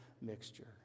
mixture